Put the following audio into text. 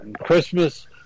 Christmas